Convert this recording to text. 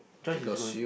Joyce is going